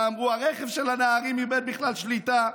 אמרו שהרכב של הנערים איבד בכלל שליטה,